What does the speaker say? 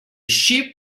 sheep